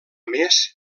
més